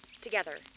Together